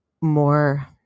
more